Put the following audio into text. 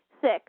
Six